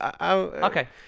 Okay